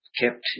kept